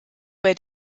bei